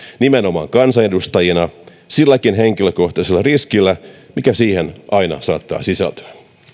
nimenomaan kansanedustajina silläkin henkilökohtaisella riskillä mikä siihen aina saattaa sisältyä